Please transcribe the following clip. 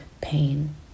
pain